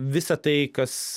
visa tai kas